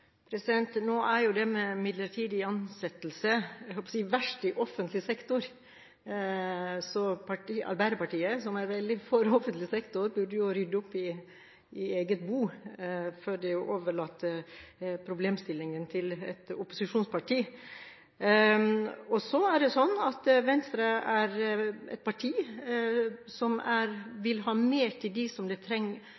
Nå er det med midlertidig ansettelser verst, holdt jeg på å si, i offentlig sektor, så Arbeiderpartiet, som er veldig for offentlig sektor, burde rydde opp i eget bo før de overlater problemstillingen til et opposisjonsparti. Venstre er et parti som vil ha mer til dem som